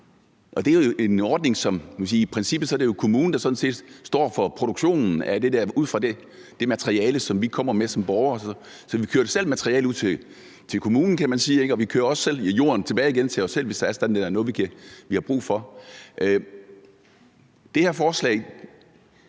det er kommunen, der står for produktionen af det der ud fra det materiale, som vi kommer med som borgere. Så vi kører selv materialet ud til kommunen, kan man sige, og vi kører også selv jorden tilbage igen til os selv, hvis det er sådan, at der er noget, vi har brug for.